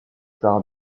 par